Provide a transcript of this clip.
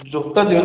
ଜୋତା